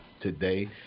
today